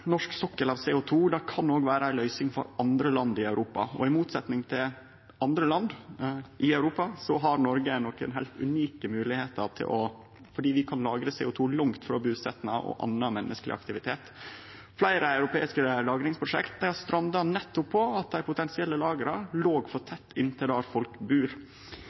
norsk sokkel kan òg vere ei løysing for andre land i Europa. I motsetjing til andre land i Europa har Noreg nokre heilt unike moglegheiter fordi vi kan lagre CO 2 langt frå busetnad og annan menneskeleg aktivitet. Fleire europeiske lagringsprosjekt har stranda nettopp på grunn av at dei potensielle lagera låg for tett inn til der folk bur.